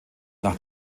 nach